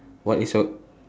what is your